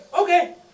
Okay